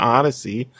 Odyssey